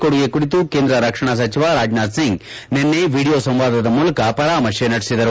ಕೊಡುಗೆ ಕುರಿತು ಕೇಂದ್ರ ರಕ್ಷಣಾ ಸಚಿವ ರಾಜನಾಥ್ ಸಿಂಗ್ ನಿನ್ನೆ ವಿಡಿಯೋ ಸಂವಾದದ ಮೂಲಕ ಪರಾಮರ್ಶೆ ನಡೆಸಿದರು